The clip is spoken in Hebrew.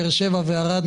באר שבע וערד,